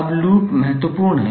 अब लूप महत्वपूर्ण क्यों है